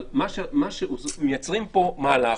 אבל מייצרים פה מהלך.